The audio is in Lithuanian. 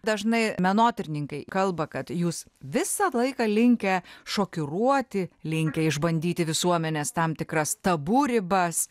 dažnai menotyrininkai kalba kad jūs visą laiką linkę šokiruoti linkę išbandyti visuomenės tam tikras tabu ribas